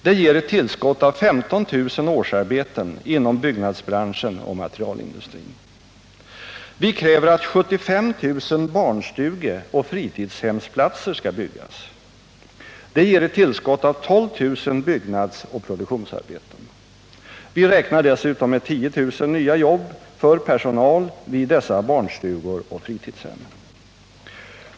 Det ger ett tillskott av 15 000 årsarbeten inom byggnadsbranschen och materialindustrin. Vi kräver att 75 000 barnstugeoch fritidshemsplatser skall byggas. Det ger ett tillskott av 12 000 byggnadsoch produktionsarbeten. Vi räknar dessutom med 10 000 nya jobb för personal vid dessa barnstugor och fritidshem.